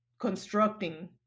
constructing